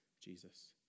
Jesus